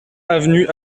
avenue